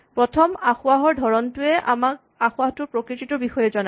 প্ৰথম আসোঁৱাহৰ ধৰণটোৱে আমাক আসোঁৱাহটোৰ প্ৰকৃতিটোৰ বিষয়ে জনায়